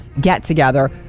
get-together